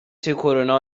کرونا